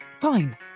Fine